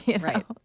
Right